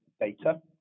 data